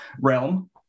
realm